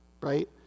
right